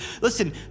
listen